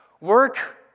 Work